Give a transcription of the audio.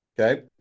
Okay